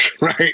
right